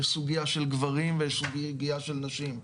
יש סוגיה של גברים ויש סוגיה של נשים,